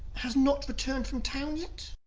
has not returned from town yet?